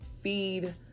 feed